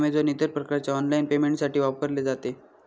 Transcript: Amazon इतर प्रकारच्या online पेमेंटसाठी वापरले जाते